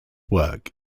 work